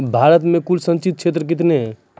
भारत मे कुल संचित क्षेत्र कितने हैं?